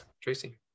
Tracy